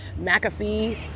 McAfee